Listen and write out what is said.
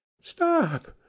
Stop